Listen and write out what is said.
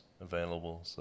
available